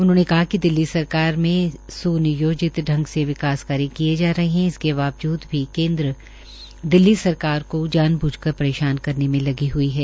उन्होंने कहा कि दिल्ली सरकार मे स्नियोजित ांग से विकास कार्य किए जा रहे है इसके बावजूद भी केन्द्र दिल्ली सरकार को जानब्झ कर परेशान करने में लगी हई है